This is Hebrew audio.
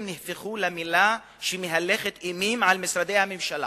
נהפכו למלה שמהלכת אימים על משרדי הממשלה.